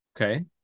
Okay